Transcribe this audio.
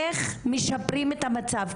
איך משפרים את המצב?